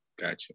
Gotcha